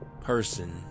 person